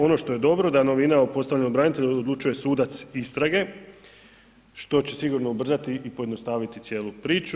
Ono što je dobro da novina o postavljenom branitelju odlučuje sudac istrage što će sigurno ubrzati i pojednostaviti cijelu priču.